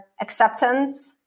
acceptance